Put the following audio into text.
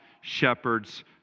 shepherds